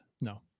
No